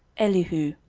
elihu,